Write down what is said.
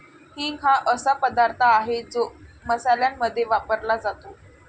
हिंग हा असा पदार्थ आहे जो मसाल्यांमध्ये वापरला जातो